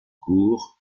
cour